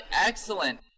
Excellent